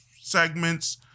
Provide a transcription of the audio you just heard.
segments